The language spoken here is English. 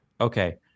Okay